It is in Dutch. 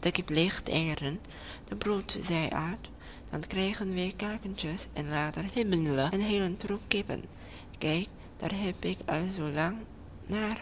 de kip legt eieren die broedt zij uit dan krijgen wij kuikentjes en later een heelen troep kippen kijk daar heb ik al zoo lang naar